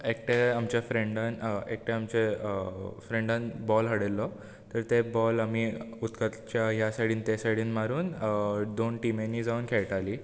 एकट्या आमच्या फ्रेंडान एकट्या आमच्या फ्रेंडान बाॅल हाडिल्लो तर ते बाॅल आमी उदकाच्या ह्या सायडीन त्या सायडीन मारून दोन टीमीनी जावन खेळटालीं